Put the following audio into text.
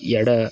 ಎಡ